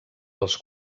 els